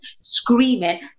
screaming